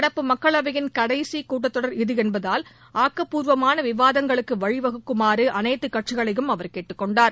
நடப்பு மக்களவையின் கடைசி கூட்டத்தொடர் இது என்பதால் ஆக்கபூர்வமான விவாதங்களுக்கு வழிவகுக்குமாறு அனைத்துக் கட்சிகளையும் அவர் கேட்டுக் கொண்டார்